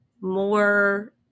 more